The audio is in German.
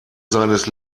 seines